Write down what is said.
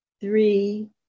three